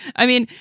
i mean,